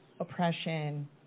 oppression